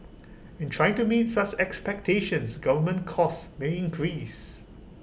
in trying to meet such expectations government costs may increase